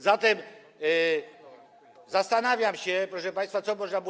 Zatem zastanawiam się, proszę państwa, co można było.